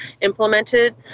implemented